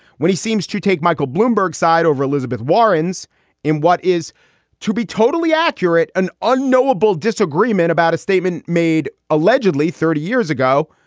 when he seems to take michael bloomberg side over elizabeth warren's in what is to be totally accurate, an unknowable disagreement about a statement made allegedly thirty years ago.